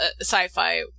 sci-fi